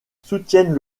soutiennent